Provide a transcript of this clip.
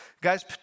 Guys